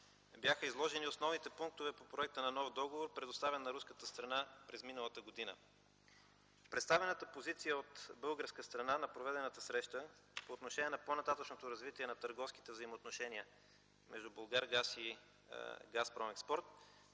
бяха изложени основните пунктове по проекта на нов договор, предоставен на руската страна през миналата година. Представената позиция от българска страна на проведената среща по отношение на по-нататъшното развитие на търговските взаимоотношения между „Булгаргаз” и „Газпром експорт”